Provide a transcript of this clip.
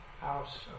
house